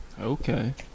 Okay